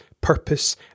purpose